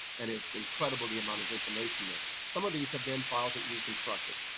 and it's incredible the amount of information there. some of these have been files that were reconstructed.